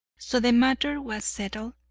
so the matter was settled,